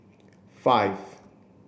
five